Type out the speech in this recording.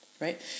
right